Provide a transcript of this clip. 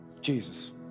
Jesus